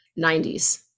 90s